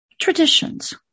traditions